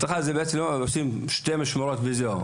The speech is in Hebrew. עושים שתי משמרות וזהו.